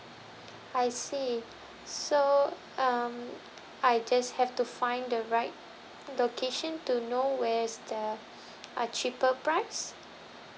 I see so um I just have to find the right location to know where's the uh cheaper price